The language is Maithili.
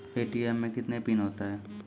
ए.टी.एम मे कितने पिन होता हैं?